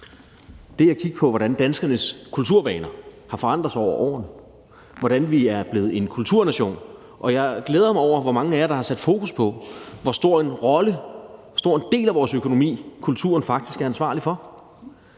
det at kigge på, hvordan danskernes kulturvaner har forandret sig over årene, hvordan vi er blevet en kulturnation. Jeg glæder mig over, hvor mange af jer der har sat fokus på, hvor stor en rolle kulturen har, hvor stor en del af vores økonomi kulturen faktisk er ansvarlig for.